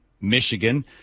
Michigan